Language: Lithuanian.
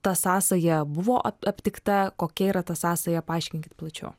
ta sąsaja buvo ap aptikta kokia yra ta sąsaja paaiškinkit plačiau